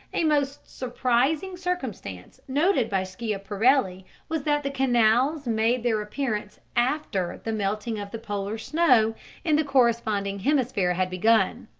a most surprising circumstance noted by schiaparelli was that the canals' made their appearance after the melting of the polar snow in the corresponding hemisphere had begun,